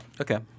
Okay